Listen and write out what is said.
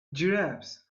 giraffes